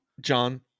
John